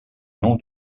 nom